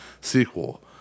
sequel